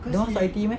dia masuk I_T_E meh